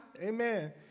Amen